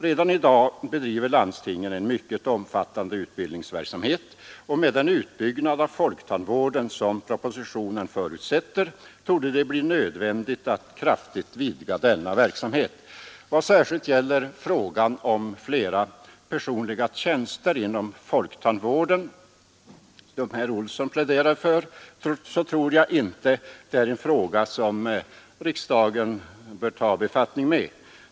Redan i dag bedriver landstingen en mycket omfattande utbildningsverksamhet, och med den utbyggnad av folktandvården som propositionen förutsätter torde det bli nödvändigt att kraftigt vidga denna verksamhet. I vad särskilt gäller frågan om fler personliga tjänster inom folktandvården, som herr Olsson i Stockholm pläderar för, tror jag inte det är en fråga som riksdagen bör ta befattning med.